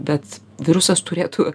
bet virusas turėtų